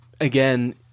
again